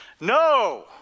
No